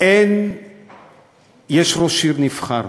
יש ראש עיר נבחר